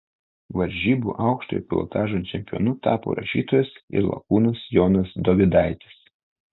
varžybų aukštojo pilotažo čempionu tapo rašytojas ir lakūnas jonas dovydaitis